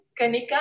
Kanika